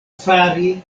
fari